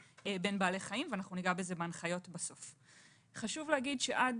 בין בעלי חיים וניגע בזה בהנחיות בסוף.